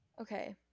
Okay